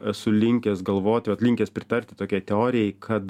esu linkęs galvoti vat linkęs pritarti tokiai teorijai kad